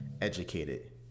educated